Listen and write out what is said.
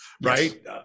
right